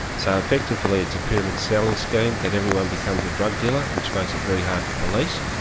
so effectively it's a pyramid selling scheme, that everyone becomes a drug dealer, which makes it very hard to police,